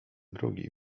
drugi